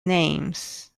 names